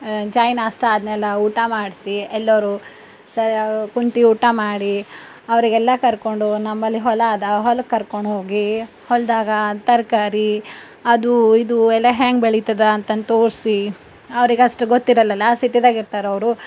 ಚಾಯಿ ನಾಷ್ಟ ಅದನ್ನೆಲ್ಲ ಊಟ ಮಾಡಿಸಿ ಎಲ್ಲರೂ ಸ ಕುಂತು ಊಟ ಮಾಡಿ ಅವರಿಗೆಲ್ಲ ಕರ್ಕೊಂಡು ನಮ್ಮಲ್ಲಿ ಹೊಲ ಅದ ಹೊಲಕ್ಕೆ ಕರ್ಕೊಂಡು ಹೋಗಿ ಹೊಲದಾಗ ತರಕಾರಿ ಅದು ಇದು ಎಲ್ಲ ಹೇಗೆ ಬೆಳೀತದ ಅಂತಂದು ತೋರಿಸಿ ಅವರಿಗಷ್ಟು ಗೊತ್ತಿರಲ್ಲ ಅಲಾ ಸಿಟಿದಾಗೆ ಇರ್ತಾರೆ ಅವರು